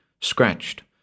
scratched